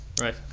Right